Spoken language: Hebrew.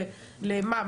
למה?